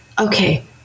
okay